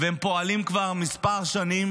והם פועלים כבר כמה שנים,